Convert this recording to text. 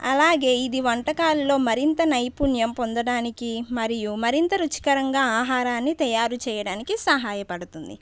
అలాగే ఇది వంటకాలలో మరింత నైపుణ్యం పొందడానికి మరియు మరింత రుచికరంగా ఆహారాన్ని తయారు చేయడానికి సహాయపడుతుంది